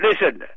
listen